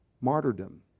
martyrdom